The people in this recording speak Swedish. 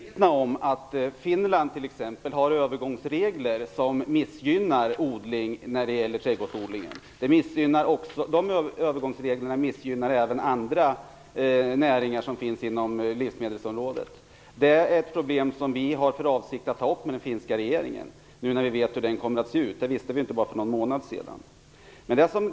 Herr talman! Vi är medvetna om att t.ex. Finland har övergångsregler som missgynnar trädgårdsodlingen. Dessa övergångsregler missgynnar även andra näringar som finns inom livsmedelsområdet. Detta är ett problem som vi har för avsikt att ta upp med den finska regeringen, nu när vi vet hur den kommer att se ut - det visste vi ju inte för bara någon månad sedan.